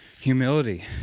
humility